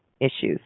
issues